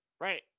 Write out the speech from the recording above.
right